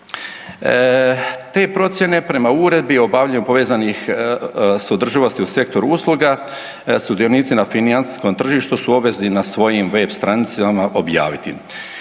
Te procjene prema uredbi o obavljanju povezanih su održivosti u sektoru usluga sudionici na financijskom tržištu su obvezni na svojim web stranicama objaviti.